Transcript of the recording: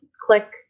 click